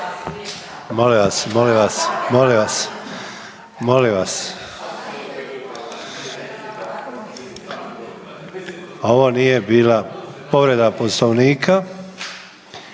Molim vas, molim vas, molim vas, molim vas. Ovo nije bila povreda Poslovnika,